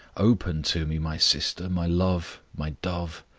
open to me, my sister, my love, my dove,